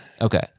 Okay